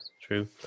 true